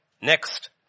Next